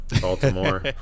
Baltimore